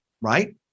right